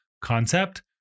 concept